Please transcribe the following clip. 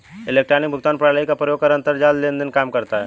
electronic भुगतान प्रणाली का प्रयोग कर अंतरजाल लेन देन काम करता है